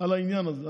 על העניין הזה.